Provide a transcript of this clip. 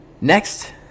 Next